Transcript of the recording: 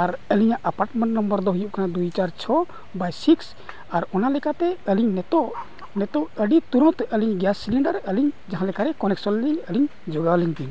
ᱟᱨ ᱟᱹᱞᱤᱧᱟᱜ apartment number ᱫᱚ ᱦᱩᱭᱩᱜ ᱠᱟᱱᱟ ᱫᱩᱭ ᱪᱟᱨ ᱪᱷᱚ ᱵᱟᱭ ᱥᱤᱠᱥ ᱟᱨ ᱚᱱᱟ ᱞᱮᱠᱟᱛᱮ ᱟᱹᱞᱤᱧ ᱱᱤᱛᱚᱜ ᱱᱤᱛᱚᱜ ᱟᱹᱰᱤ ᱛᱩᱨᱟᱹᱫ ᱟᱹᱞᱤᱧ ᱜᱮᱥ ᱥᱤᱞᱤᱱᱰᱟᱨ ᱟᱹᱞᱤᱧ ᱡᱟᱦᱟᱸ ᱞᱮᱠᱟᱨᱮ ᱠᱟᱱᱮᱠᱥᱚᱱᱨᱮ ᱟᱹᱞᱤᱧ ᱡᱳᱜᱟᱲᱟᱹᱞᱤᱧ ᱵᱤᱱ